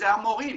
אלה המורים.